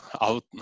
out